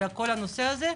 יש לזה חשיבות.